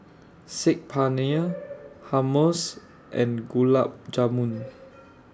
Saag Paneer Hummus and Gulab Jamun